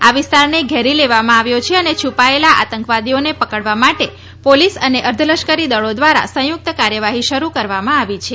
આ વિસ્તારને ઘેરી લેવામાં આવ્યો છે અને છુપાયેલા આંતકવાદીઓને પકડવા માટે પોલીસ અને અર્ધ લશ્કરી દળો દ્વારા સંયુક્ત કાર્યવાહી શરૂ કરવામાં આવી છે